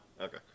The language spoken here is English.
okay